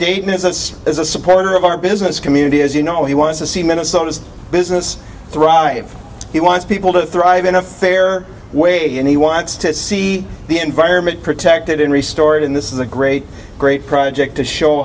davis as is a supporter of our business community as you know he wants to see minnesota's business thrive he wants people to thrive in a fair way and he wants to see the environment protected in re stored in this is a great great project to show